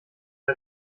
wir